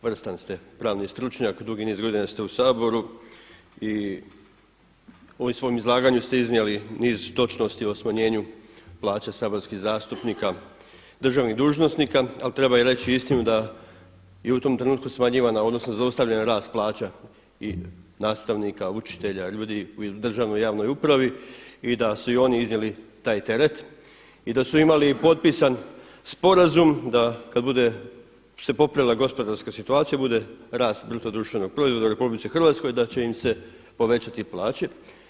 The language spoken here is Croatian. Vrstan ste pravni stručnjak, dugi niz godina ste u Saboru i u ovom svom izlaganju ste iznijeli niz točnosti o smanjenju plaća saborskih zastupnika, državnih dužnosnika, ali treba reći i istinu da je u tom trenutku smanjivana odnosno zaustavljen rast plaća i nastavnika, učitelja, ljudi u državnoj javnoj upravi i da su i oni iznijeli taj teret i da su imali i potpisan sporazum, da kad bude se popravila gospodarska situacija bude rast bruto društvenog proizvoda u Republici Hrvatskoj, da će im se povećati plaće.